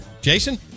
Jason